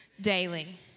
daily